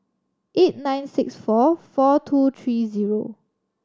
eight nine six four four two three zero